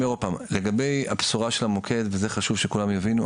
לגבי הבשורה של המוקד וזה חשוב שכולם יבינו,